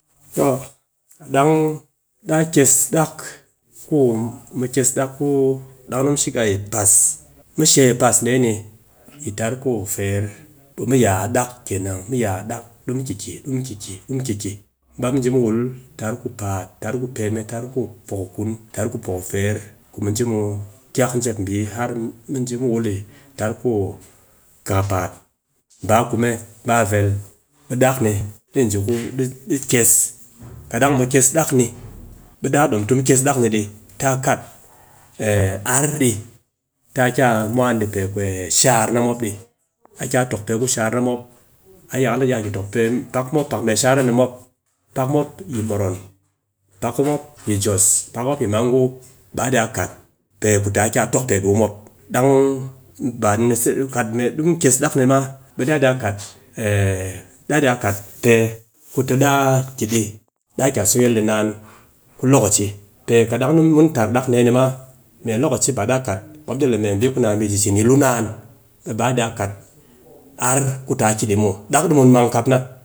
toh ɗang daa kyes dak ku mu kyes dak kudang mu shiga yi pas, mu she pas dee ni yi tar ku fer, ɓe mu ya a dak kenan mu ya dak ɗi mu ki ki ɗi mu ki ki, ɗi mu ki ki, mu baa mu ji wul tar ku paat, tar ku peme, tar ku poko fer, tar ku poko fer, ku mu ji kyak jep bii har mu ji mu wul yi tar ku kakapaat baa kume, baa vel, ɓe dak ni ɗi ji, ɗi kyes, kat ɗang mu kyes dak ni ɓe daa ɗom tɨ mu kyes dak ni dɨ, taa kat ar di, taa ki a mwan dɨ pe shaar mop dɨ, a ki a tokpe ku shaar na mop, a yakal a iya ki tokpe, pak mee shaar na mop, pak mop yi moron, pak mop yi jos, pak mop yyi mangu. Be a iya kat pe ku ta ki a tokpe dɨ ku mop, dang ba ni se. dang dɨ mop kyyes dak ma, be a iya ka, a iya kat pe ku ti. daa ki dɨ. daa ki a so yil dɨ yi naan ku lokaci pe kat dang ni mu wul tar dak dee ni ma, mee lokaci baa daa kat mop dɨ le mee ku ni bii cicin yi lu naan ɓe ba iya kat ar ku taa ki dɨ muw, dak mun mang kap na